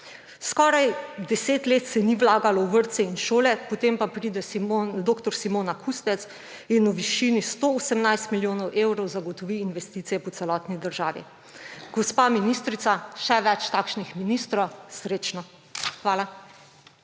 Skoraj 10 let se ni vlagalo v vrtce in šole, potem pa pride dr. Simona Kustec in v višini 118 milijonov evrov zagotovi investicije po celotni državi. Gospa ministrica, še več takšnih ministrov. Srečno! Hvala.